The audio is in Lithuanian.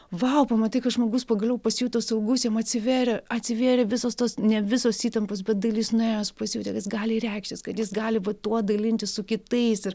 vau pamatai kad žmogus pagaliau pasijuto saugus jam atsivėrė atsivėrė visos tos ne visos įtampos bet dalis nuėjo jis pasijautė kad jis gali reikštis kad jis gali va tuo dalintis su kitais ir